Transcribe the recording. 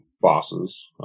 bosses